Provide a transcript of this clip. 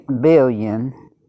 billion